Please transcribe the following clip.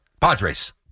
Padres